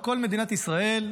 כל מדינת ישראל,